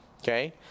Okay